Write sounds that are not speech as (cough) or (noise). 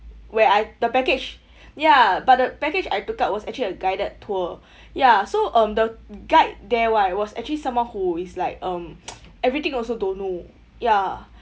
where I the package ya but the package I took out was actually a guided tour (breath) ya so um the guide there !wah! it was actually someone who is like um (noise) everything also don't know ya